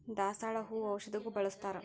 ದಾಸಾಳ ಹೂ ಔಷಧಗು ಬಳ್ಸತಾರ